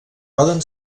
poden